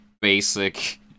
basic